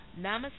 Namaste